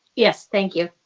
yes, thank you.